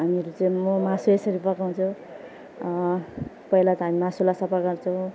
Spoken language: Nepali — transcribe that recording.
हामीहरू चाहिँ म मासु यसरी पकाउँछु पहिला त हामी मासुलाई सफा गर्छौँ